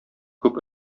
күп